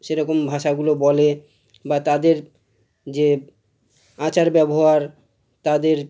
সেরকম ভাষাগুলো বলে বা তাদের যে আচার ব্যবহার তাদের